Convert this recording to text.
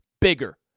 bigger